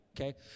okay